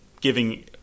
giving